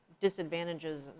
disadvantages